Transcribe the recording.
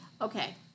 okay